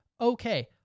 okay